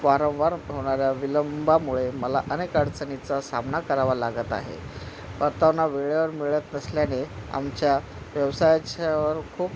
वारंवार होणाऱ्या विलंबामुळे मला अनेक अडचणीचा सामना करावा लागत आहे परतावाना वेळेवर मिळत नसल्याने आमच्या व्यवसायाच्यावर खूप